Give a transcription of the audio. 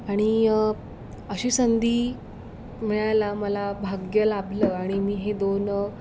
आणि अशी संधी मिळायला मला भाग्य लाभलं आणि मी हे दोन